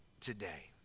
today